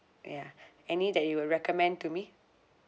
ya any that you would recommend to me